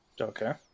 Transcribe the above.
Okay